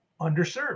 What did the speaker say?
underserved